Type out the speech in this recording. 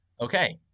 Okay